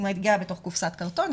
היא מגיעה בתוך קופסת קרטון,